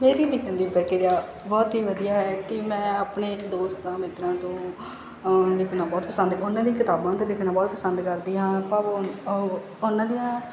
ਬਹੁਤ ਹੀ ਵਧੀਆ ਹੈ ਕਿ ਮੈਂ ਆਪਣੇ ਦੋਸਤ ਮਿੱਤਰਾਂ ਤੋਂ ਲਿਖਣਾ ਬਹੁਤ ਪਸੰਦ ਉਹਨਾਂ ਦੀ ਕਿਤਾਬਾਂ 'ਤੇ ਲਿਖਣਾ ਬਹੁਤ ਪਸੰਦ ਕਰਦੀ ਹਾਂ ਪਰ ਉਹ ਉਹਨਾਂ ਦੀਆਂ